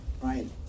Ryan